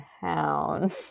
town